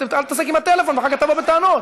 ואל תתעסק עם הטלפון ואחר כך תבוא בטענות.